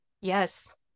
yes